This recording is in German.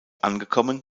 angekommen